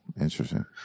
Interesting